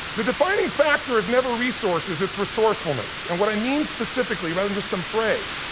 the defining factor is never resources, it's resourcefulness. and what i mean specifically rather than just some phrase,